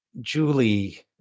Julie